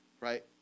right